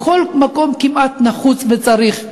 בכל מקום כמעט נחוץ וצריך.